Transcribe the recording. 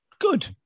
good